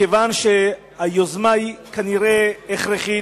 מכיוון שהיוזמה היא כנראה הכרחית,